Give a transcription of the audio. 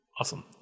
Awesome